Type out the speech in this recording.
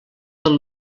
del